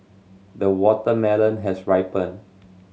the watermelon has ripened